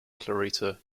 clarita